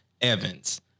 Evans